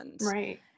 Right